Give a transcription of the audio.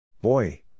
Boy